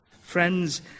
friends